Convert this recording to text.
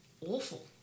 awful